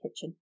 kitchen